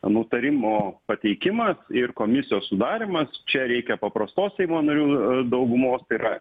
nutarimo pateikimas ir komisijos sudarymas čia reikia paprastos seimo narių daugumos tai yra